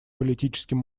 политическим